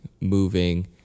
moving